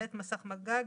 מסך מגע.